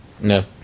No